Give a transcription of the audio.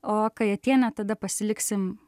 o kajatienę tada pasiliksim